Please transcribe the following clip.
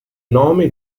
nome